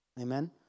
amen